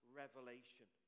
revelation